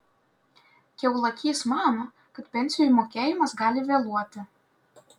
kiaulakys mano kad pensijų mokėjimas gali vėluoti